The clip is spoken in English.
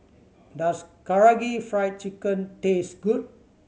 does Karaage Fried Chicken taste good